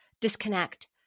disconnect